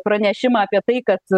pranešimą apie tai kad